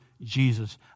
Jesus